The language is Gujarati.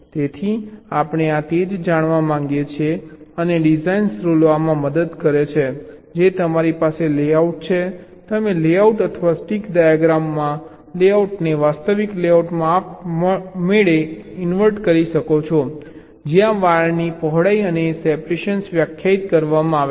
તેથી આપણે આ તે જાણવા માગીએ છીએ અને ડિઝાઇન રૂલો આમાં મદદ કરે છે જે તમારી પાસે લેઆઉટ છે તમે લેઆઉટ અથવા સ્ટીક ડાયાગ્રામ લેઆઉટને વાસ્તવિક લેઆઉટમાં આપમેળે કન્વર્ટ કરી શકો છો જ્યાં વાયરની પહોળાઈ અને સેપરેશન વ્યાખ્યાયિત કરવામાં આવે છે